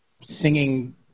singing